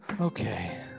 Okay